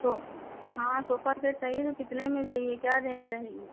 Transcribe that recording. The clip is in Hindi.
तो हाँ सोफ़ा तो चाहिए तो कितने में चाहिए क्या रेंज रहेगी